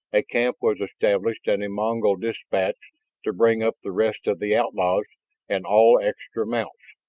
a camp was established and a mongol dispatched to bring up the rest of the outlaws and all extra mounts.